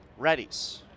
readies